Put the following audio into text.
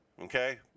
okay